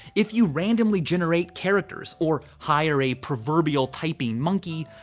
if you randomly generate characters or hire a proverbial typing monkey,